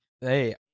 Hey